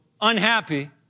unhappy